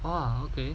!wow! okay